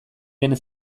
den